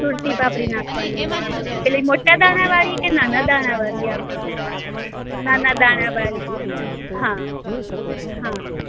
સુરતી પાપડી નાખવાની એમાં એટલે મોટા દાણાવાળી કે નાના દાણાવાળી નાના દાણાવાળી હા હા